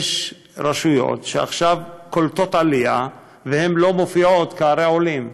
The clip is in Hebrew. יש רשויות שעכשיו קולטות עלייה והן לא מופיעות כערי עולים.